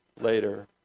later